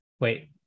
Wait